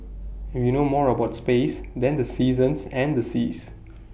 we know more about space than the seasons and the seas